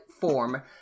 Form